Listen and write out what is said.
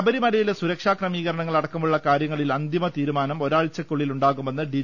ശബരിമലയിലെ സുരക്ഷാ ക്രമീകരണങ്ങൾ അടക്കമുള്ള കാര്യങ്ങളിൽ അന്തിമ തീരുമാനം ഒരാഴ്ചയ്ക്കുള്ളിൽ ഉണ്ടാകുമെന്ന് ഡി